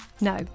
No